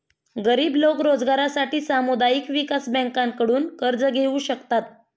गरीब लोक रोजगारासाठी सामुदायिक विकास बँकांकडून कर्ज घेऊ शकतात